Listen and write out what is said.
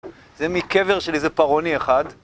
זה מקבר שלי, זה פרעוני אחד